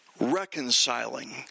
reconciling